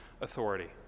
authority